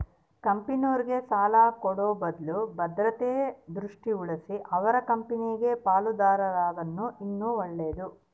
ಕಂಪೆನೇರ್ಗೆ ಸಾಲ ಕೊಡೋ ಬದ್ಲು ಭದ್ರತಾ ದೃಷ್ಟಿಲಾಸಿ ಅವರ ಕಂಪೆನಾಗ ಪಾಲುದಾರರಾದರ ಇನ್ನ ಒಳ್ಳೇದು